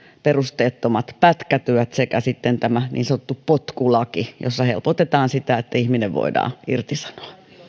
perusteettomat pätkätyöt sekä sitten tämä niin sanottu potkulaki jossa helpotetaan sitä että ihminen voidaan irtisanoa